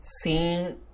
seen